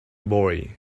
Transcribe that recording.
boy